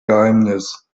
geheimnis